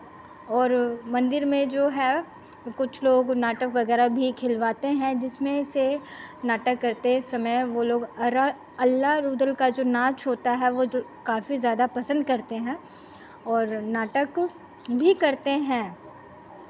और मंदिर में जो है कुछ लोग नाटक वगैरह भी खेलवाते हैं जिसमें से नाटक करते समय वो लोग अर अल्लारूदल का जो नाच होता है वो दो काफी ज़्यादा पसंद करते हैं और नाटक भी करते हैं